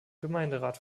gemeinderat